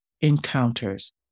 encounters